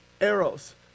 Arrows